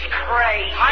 crazy